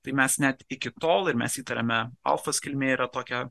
tai mes net iki tol ir mes įtariame alfos kilmė yra tokia